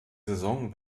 saison